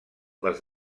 les